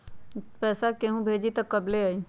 पैसा केहु भेजी त कब ले आई?